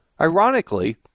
Ironically